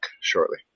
shortly